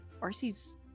Arcee's